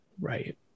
Right